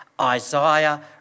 Isaiah